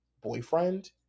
boyfriend